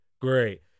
great